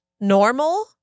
normal